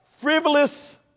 frivolous